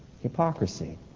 Hypocrisy